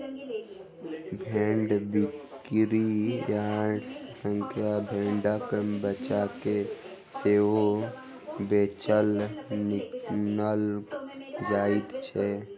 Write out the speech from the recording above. भेंड़ बिक्री यार्ड सॅ भेंड़क बच्चा के सेहो बेचल, किनल जाइत छै